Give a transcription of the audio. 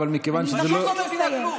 את פשוט לא מבינה כלום.